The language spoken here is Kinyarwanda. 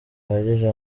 gihagije